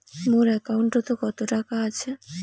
মোর একাউন্টত কত টাকা আছে?